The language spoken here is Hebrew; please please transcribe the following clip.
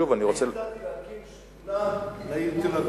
אני הצעתי להקים שדולה לעיר תל-אביב.